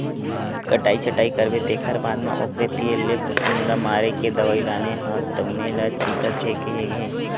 कटई छटई करबे तेखर बाद म ओखरे तीर ले फफुंद ल मारे के दवई लाने हव तउने ल छितना हे केहे हे